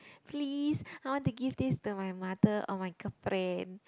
please I want to give this to my mother or my girlfriend